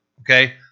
Okay